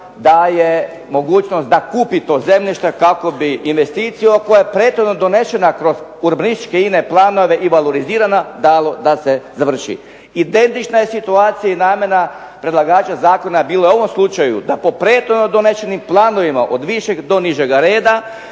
daje mogućnost da se kupi to zemljište kako bi investiciju ... prethodno donešena kroz urbanističke planove i valorilizirana dali da se završi. Identična je situacija i namjena predlagača zakona bila u ovom slučaju da po prethodnom donošenim planovima od višeg do nižeg reda,